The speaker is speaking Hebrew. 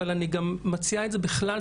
אבל אני גם מציעה את זה בכלל,